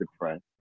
depressed